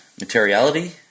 materiality